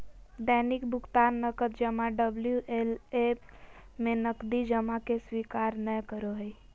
दैनिक भुकतान नकद जमा डबल्यू.एल.ए में नकदी जमा के स्वीकार नय करो हइ